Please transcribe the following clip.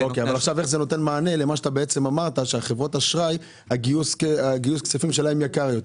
איך זה נותן מענה לזה שאמרת שגיוס הכספים של חברות האשראי יקר יותר?